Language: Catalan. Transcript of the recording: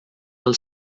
del